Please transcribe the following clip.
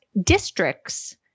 districts